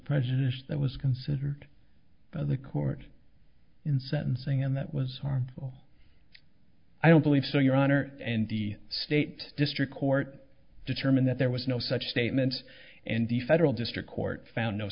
prejudiced that was considered by the court in sentencing and that was harmful i don't believe so your honor and the state district court determined that there was no such statement and the federal district court found no